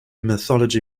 methodology